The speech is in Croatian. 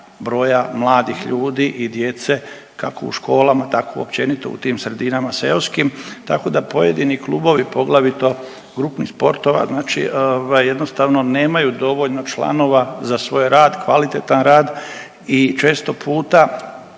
broja mladih ljudi i djece, kako u školama, tako općenito u tim sredinama seoskim, tako da pojedini klubovi, poglavito grupnih sportova, znači jednostavno nemaju dovoljno članova za svoj rad, kvalitetan rad i često puta